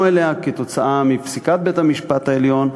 אליה כתוצאה מפסיקת בית-המשפט העליון,